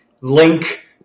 link